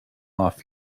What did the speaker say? off